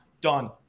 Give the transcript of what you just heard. done